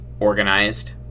organized